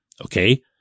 okay